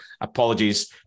Apologies